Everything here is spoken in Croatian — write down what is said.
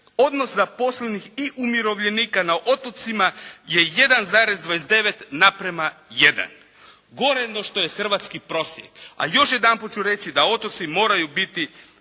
odnos zaposlenih i umirovljenika na otocima je 1,29 na prema 1. Gore no što je hrvatski prosjek. A još jedanput ću reći da otoci moraju biti